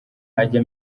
ajya